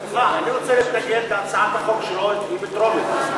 אני רוצה להתנגד להצעת החוק שלו, היא בטרומית.